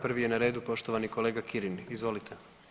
Prvi je na redu poštovani kolega Kirin, izvolite.